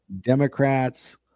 Democrats